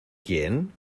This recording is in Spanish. quién